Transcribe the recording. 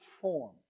form